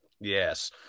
yes